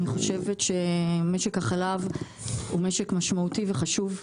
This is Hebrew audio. אני חושבת שמשק החלב הוא משק משמעותי וחשוב.